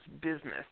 business